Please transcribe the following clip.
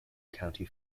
county